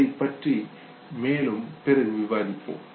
இதைப்பற்றி மேலும் பிறகு விவாதிப்போம்